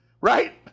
right